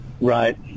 Right